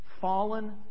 fallen